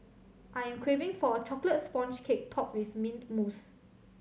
I am craving for a chocolate sponge cake topped with mint mousse